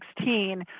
2016